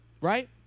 Right